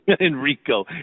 Enrico